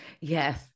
Yes